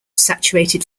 saturated